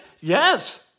Yes